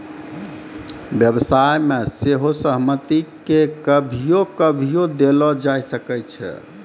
व्यवसाय मे सेहो सहमति के कभियो कभियो देलो जाय सकै छै